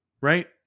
right